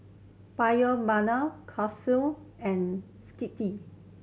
Kose and Skittle